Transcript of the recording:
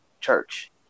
church